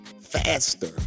faster